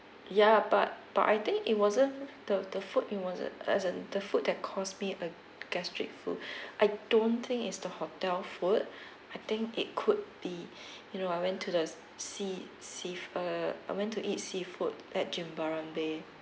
ya but but I think it wasn't the the food it wasn't as in the food that cause me a gastric flu I don't think is the hotel food I think it could be you know I went to the sea sea err I went to eat seafood at jimbaran bay